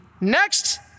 next